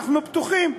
אנחנו פתוחים,